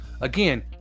again